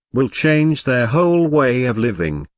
will change their whole way of living,